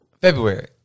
February